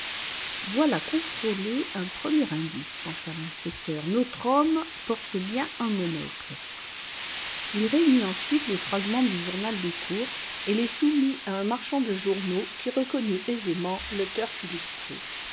voilà contrôlé un premier indice pensa l'inspecteur notre homme porte bien un monocle il réunit ensuite les fragments du journal de courses et les soumit à un marchand de journaux qui reconnut aisément le turf illustré